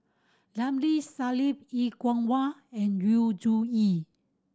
Ramli Sarip Er Kwong Wah and Yu Zhuye